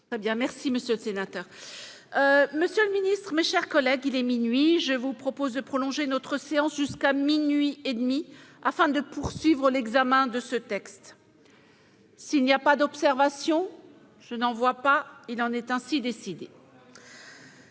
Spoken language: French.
L'amendement n° 681 est retiré. Monsieur le ministre, mes chers collègues, il est minuit. Je vous propose de prolonger notre séance jusqu'à minuit et demi, afin de poursuivre l'examen de ce texte. Il n'y a pas d'observation ?... Il en est ainsi décidé.